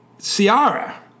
Ciara